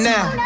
Now